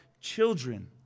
children